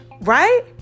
right